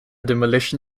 demolition